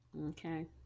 okay